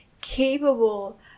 capable